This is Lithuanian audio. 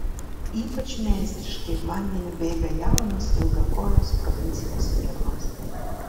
ypač meistriškai vandeniu bėga jaunos ilgakojės provincijos stirnos